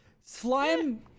Slime